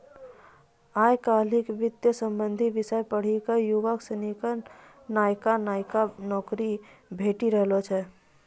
आय काइल वित्त संबंधी विषय पढ़ी क युवक सनी क नयका नयका नौकरी भेटी रहलो छै